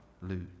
lose